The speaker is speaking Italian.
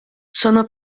sono